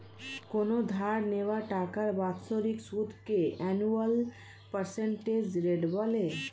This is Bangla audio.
কোনো ধার নেওয়া টাকার বাৎসরিক সুদকে অ্যানুয়াল পার্সেন্টেজ রেট বলে